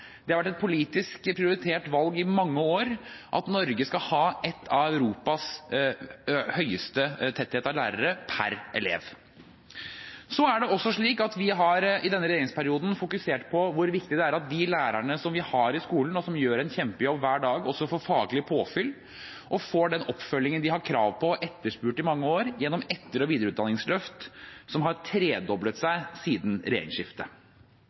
Det har vært et politisk prioritert valg i mange år at Norge skal være et av de landene i Europa med høyest tetthet av lærere per elev. Vi har i denne regjeringsperioden også fokusert på hvor viktig det er at de lærerne som vi har i skolen, og som gjør en kjempejobb hver dag, får faglig påfyll og får den oppfølgingen de har krav på og har etterspurt i mange år, gjennom etter- og videreutdanningsløft, som har tredoblet seg siden regjeringsskiftet.